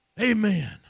Amen